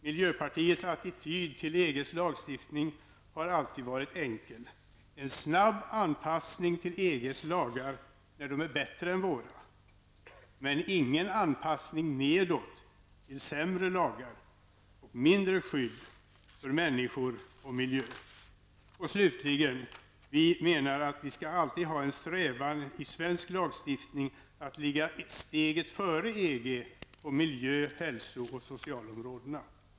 Miljöpartiets attityd till EGs lagstiftning har alltid varit enkel: en snabb anpassning till EGs lagar när de är bättre än våra, men ingen anpassning nedåt till sämre lagar med mindre skydd för människor och miljö. Vi menar slutligen att vi i svensk lagstiftning alltid skall ha en strävan att ligga steget före EG på miljö-, hälso och socialområdena.